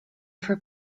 for